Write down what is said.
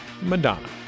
Madonna